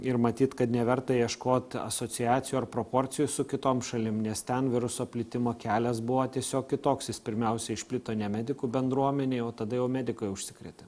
ir matyt kad neverta ieškot asociacijų ar proporcijų su kitom šalim nes ten viruso plitimo kelias buvo tiesiog kitoks jis pirmiausia išplito ne medikų bendruomenėj o tada jau medikai užsikrėtė